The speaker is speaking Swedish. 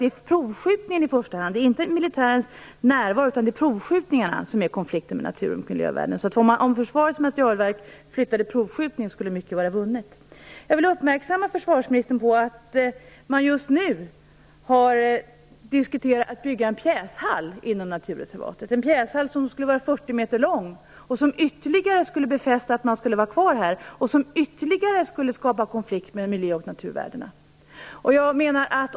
Det är provskjutningarna i första hand, inte militärens närvaro, som ger konflikter med natur och miljövärden. Om Försvarets materielverk flyttade provskjutningarna skulle mycket vara vunnit. Jag vill uppmärksamma försvarsministern på att man just nu har diskuterat att bygga en pjäshall inom naturreservatet. Den skulle vara 40 m lång och ytterligare befästa att militären skulle vara kvar här och skapa fler konflikter med natur och miljövärdena.